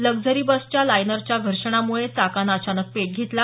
luxury बसच्या लायनरच्या घर्षणामुळे चाकानं अचानक पेट घेतला